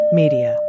media